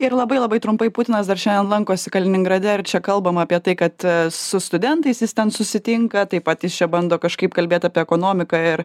ir labai labai trumpai putinas dar šiandien lankosi kaliningrade ir čia kalbama apie tai kad su studentais jis ten susitinka taip pat jis čia bando kažkaip kalbėt apie ekonomiką ir